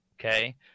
okay